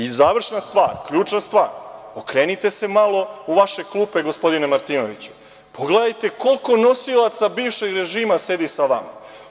I, završna stvar, ključna stvar, okrenite se malo u vaše klupe, gospodine Martinoviću, pogledajte koliko nosilaca bivšeg režima sedi sa vama.